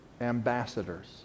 ambassadors